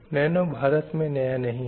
nano Bharat में भी नया नहीं है